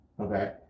okay